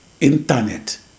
Internet